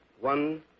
one